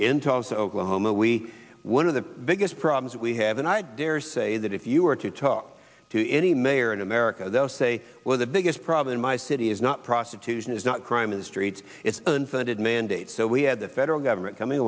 tulsa oklahoma we one of the biggest problems we have and i dare say that if you were to talk to any mayor in america they'll say well the biggest problem in my city is not prostitution is not crime is streets it's an unfunded mandate so we had the federal government coming